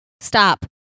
Stop